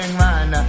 man